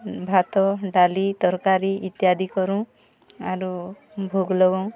ଭାତ ଡାଲି ତରକାରୀ ଇତ୍ୟାଦି କରୁଁ ଆରୁ ଭୋଗ୍ ଲଗଉଁ